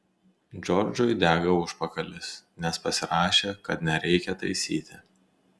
džordžui dega užpakalis nes pasirašė kad nereikia taisyti